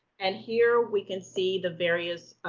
and here we can see the various,